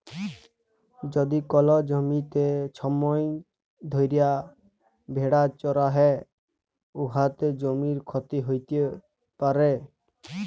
যদি কল জ্যমিতে ছময় ধ্যইরে ভেড়া চরহে উয়াতে জ্যমির ক্ষতি হ্যইতে পারে